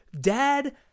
dad